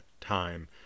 time